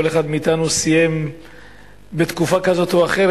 כל אחד מאתנו סיים בתקופה כזאת או אחרת,